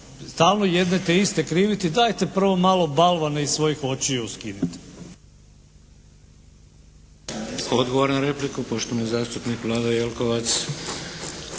stalno jedne te iste kriviti. Dajte prvo malo balvane iz svojih očiju skinite. **Šeks, Vladimir (HDZ)** Odgovor na repliku poštovani zastupnik Vlado Jelkovac.